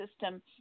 system